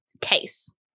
case